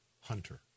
hunter